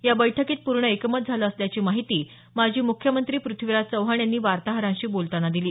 या बैठकीत पूर्ण एकमत झालं असल्याची माहिती माजी मुख्यमंत्री पृथ्वीराज चव्हाण यांनी वार्ताहरांशी बोलताना दिली